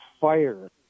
fire